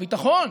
הביטחון,